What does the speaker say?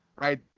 right